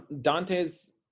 Dante's